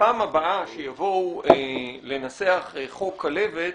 בפעם הבאה שיבואו לנסח חוק כלבת,